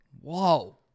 whoa